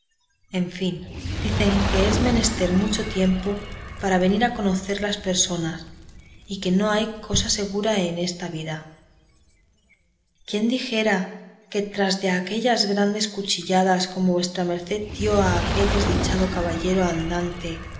en fin bien dicen que es menester mucho tiempo para venir a conocer las personas y que no hay cosa segura en esta vida quién dijera que tras de aquellas tan grandes cuchilladas como vuestra merced dio a aquel desdichado caballero andante